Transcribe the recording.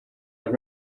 have